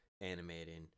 animating